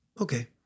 Okay